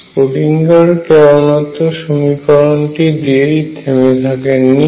Schrodinger কেবলমাত্র সমীকরণটি দিয়েই থেমে থাকেননি